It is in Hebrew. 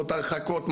הרחקות,